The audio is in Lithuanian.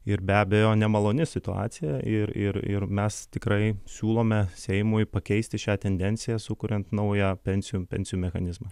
ir be abejo nemaloni situacija ir ir ir mes tikrai siūlome seimui pakeisti šią tendenciją sukuriant naują pensijų pensijų mechanizmą